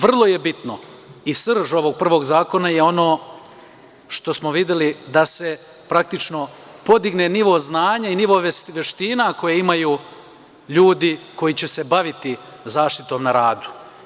Vrlo je bitno i srž ovog prvog zakona je ono što smo videli, da se praktično podigne nivo znanja i nivo veština koje imaju ljudi koji će se baviti zaštitom na radu.